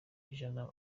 ijana